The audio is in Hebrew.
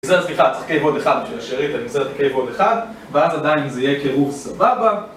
זה סליחה, צריך פה K עוד אחד בשביל השארית, אני צריך K עוד אחד ואז עדיין זה יהיה קירוב סבבה